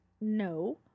No